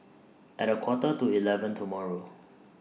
At A Quarter to eleven tomorrow